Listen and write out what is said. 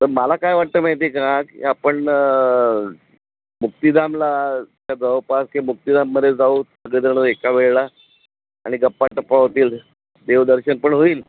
तर मला काय वाटतं माहिती का की आपण मुक्तिधामला जवळपास की मुक्तिधाममध्ये जाऊ सगळेजणं एका वेळेला आणि गप्पा टप्पा होतील देवदर्शन पण होईल